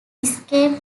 escape